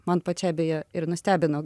man pačiai beje ir nustebino